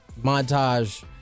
montage